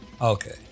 Okay